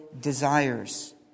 desires